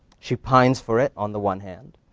she pines for it on the one hand.